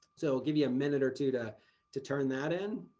so give you a minute or two to to turn that in.